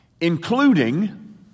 including